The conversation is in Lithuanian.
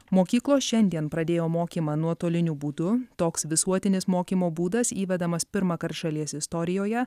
mokyklos šiandien pradėjo mokymą nuotoliniu būdu toks visuotinis mokymo būdas įvedamas pirmąkart šalies istorijoje